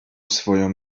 swoją